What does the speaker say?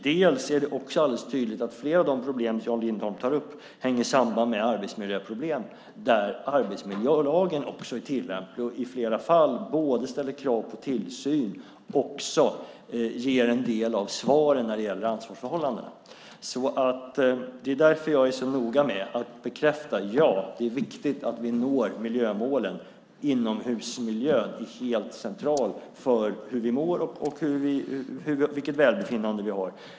Det är också alldeles tydligt att flera av de problem som Jan Lindholm tar upp hänger samman med arbetsmiljöproblem där arbetsmiljölagen också är tillämplig och i flera fall både ställer krav på tillsyn och också ger en del av svaren när det gäller ansvarsförhållandena. Det är därför jag är så noga med att bekräfta att: Ja, det är viktigt att vi når miljömålen. Inomhusmiljön är helt central för hur vi mår och vilket välbefinnande vi har.